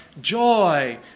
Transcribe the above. joy